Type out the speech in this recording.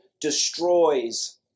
destroys